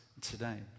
today